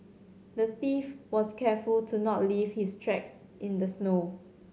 the thief was careful to not leave his tracks in the snow